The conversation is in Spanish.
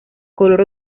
color